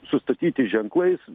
sustatyti ženklais